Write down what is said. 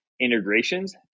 integrations